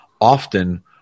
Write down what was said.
often